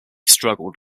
struggled